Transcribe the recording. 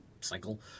cycle